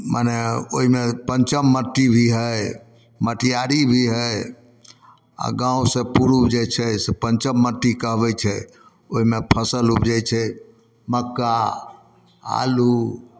मनै ओहिमे पञ्चम मट्टी भी है मटयारी भी है आ गाँव से पूर्व जे छै से पञ्चम मट्टी कहबै छै ओहिमे फसल ऊपजै छै मक्का आलू